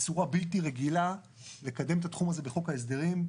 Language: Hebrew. בצורה בלתי רגילה לקדם את התחום הזה בחוק ההסדרים.